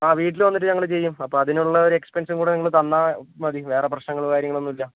ആ വീട്ടിൽ വന്നിട്ട് ഞങ്ങൾ ചെയ്യും അപ്പോൾ അതിനുള്ള ഒരു എക്സ്പെൻസ് കൂടെ നിങ്ങൾ തന്നാൽ മതി വേറെ പ്രശ്നങ്ങൾ കാര്യങ്ങളൊന്നുമില്ല